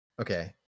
Okay